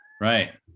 Right